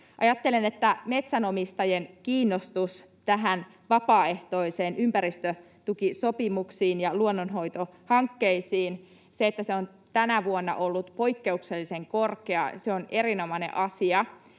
Ajattelen, että metsänomistajien kiinnostus näihin vapaaehtoisiin ympäristötukisopimuksiin ja luonnonhoitohankkeisiin on tänä vuonna ollut poikkeuksellisen korkea. Se on erinomainen asia,